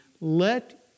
let